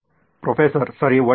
professor ಸರಿ ಒಳ್ಳೆಯದು